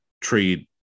trade